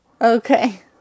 Okay